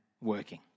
working